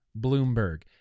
Bloomberg